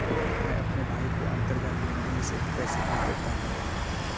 मैं अपने भाई को अंतरजाल लेनदेन से ही पैसे भेज देता हूं